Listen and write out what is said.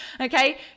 Okay